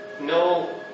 No